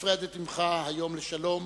נפרדת ממך היום לשלום,